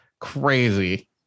crazy